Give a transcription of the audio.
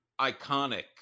iconic